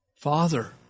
Father